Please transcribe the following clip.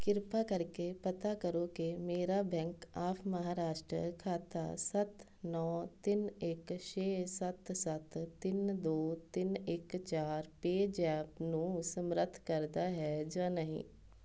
ਕ੍ਰਿਪਾ ਕਰਕੇ ਪਤਾ ਕਰੋ ਕਿ ਮੇਰਾ ਬੈਂਕ ਆਫ ਮਹਾਰਾਸ਼ਟਰ ਖਾਤਾ ਸੱਤ ਨੌਂ ਤਿੰਨ ਇੱਕ ਛੇ ਸੱਤ ਸੱਤ ਤਿੰਨ ਦੋ ਤਿੰਨ ਇੱਕ ਚਾਰ ਪੇਜ਼ੈਪ ਨੂੰ ਸਮਰਥ ਕਰਦਾ ਹੈ ਜਾਂ ਨਹੀਂ